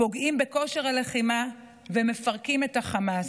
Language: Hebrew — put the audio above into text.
פוגעים בכושר הלחימה ומפרקים את חמאס.